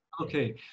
Okay